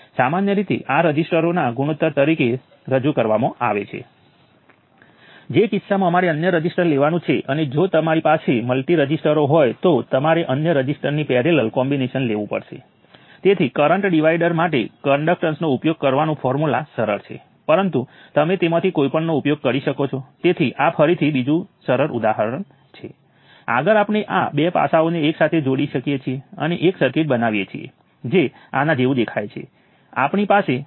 હવે I11 અને I12 એ રઝિસ્ટરો મારફતે કરંટ છે જેમ કે મેં કહ્યું કે આપણે રઝિસ્ટર અને ઈન્ડિપેન્ડેન્ટ કરંટ સોર્સો સાથે સર્કિટ જોઈ રહ્યા છીએ જે રાઈટ હેન્ડ સાઈડેે દેખાય છે